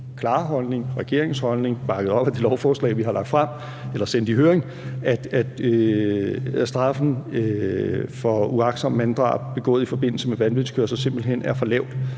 er det min og regeringens klare holdning, bakket op af det lovforslag, vi har sendt i høring, at straffen for uagtsomt manddrab begået i forbindelse med vanvidskørsel simpelt hen er for lav,